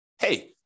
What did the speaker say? hey